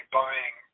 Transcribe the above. buying